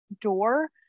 door